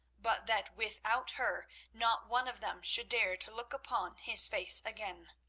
but that without her not one of them should dare to look upon his face again.